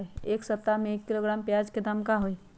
एक सप्ताह में एक किलोग्राम प्याज के दाम का होई?